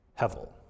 Hevel